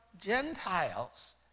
Gentiles